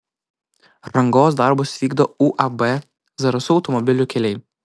rangos darbus vykdo uab zarasų automobilių keliai